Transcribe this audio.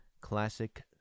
Classic